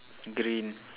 green